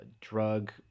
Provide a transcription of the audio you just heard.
drug